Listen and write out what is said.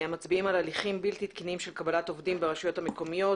המצביעים על הליכים בלתי תקינים של קבלת עובדים ברשויות המקומיות,